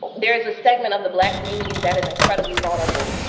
there is a segment of the black community that is incredibly vulnerable.